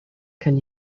can